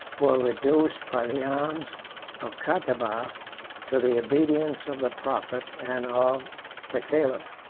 were reduced by the arms of catibah to the obedience of the prophet and of the caliph.